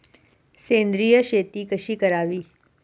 सेंद्रिय शेती कशी करावी?